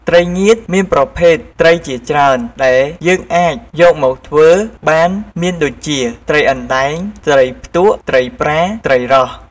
ត្រីងៀតមានប្រភេទត្រីជាច្រើនដែលយើងអាចយកមកធ្វើបានមានដូចជា ត្រីអណ្ដែង ត្រីផ្ទក់ ត្រីប្រា ត្រីរ៉ស់...។